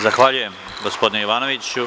Zahvaljujem, gospodine Jovanoviću.